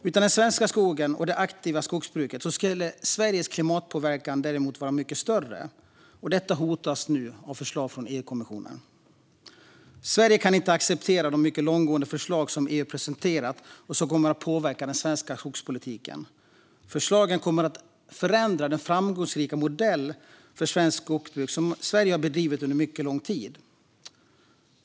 Utan den svenska skogen och det aktiva skogsbruket skulle Sveriges klimatpåverkan vara mycket större. Detta hotas nu av förslag från EU-kommissionen. Sverige kan inte acceptera de mycket långtgående förslag EU presenterat som kommer att påverka den svenska skogspolitiken. Förslagen kommer att förändra den framgångsrika modell för svenskt skogsbruk som Sverige bedrivit under mycket lång tid.